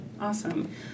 awesome